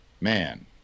man